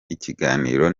ikiganiro